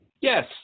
Yes